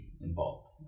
involved